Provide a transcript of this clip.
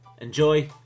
Enjoy